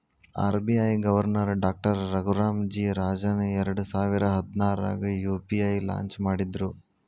RBI governor doctor Raghuram G Rajan ಎರಡಸಾವಿರ ಹದ್ನಾರಾಗ UPI launch ಮಾಡಿದ್ರು